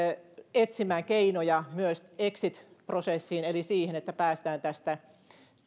etsimään keinoja myös exit prosessiin eli siihen että päästään tästä